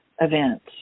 events